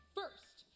first